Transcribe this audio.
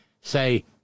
say